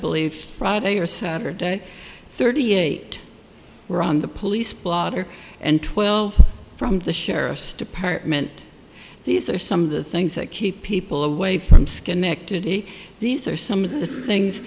believe friday or saturday thirty eight were on the police blotter and twelve from the sheriff's department these are some of the things that keep people away from schenectady these are some